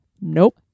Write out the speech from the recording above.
Nope